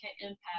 impact